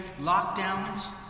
lockdowns